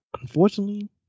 unfortunately